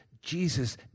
Jesus